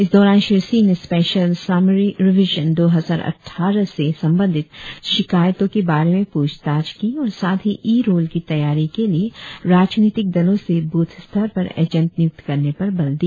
इस दौरान श्री सिंह ने स्पेशल समारी रिविजन दो हजार अट्टारह से संबंधित शिकायतों के बारे में पूछ ताछ की और साथ ही ई रोल की तैयारी के लिए राजनीतिक दलो से बूथ स्तर पर एजेंट नियुक्त करने पर बल दिया